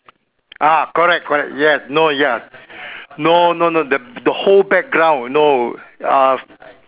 ah correct correct yeah no ya no no no the the whole background no uh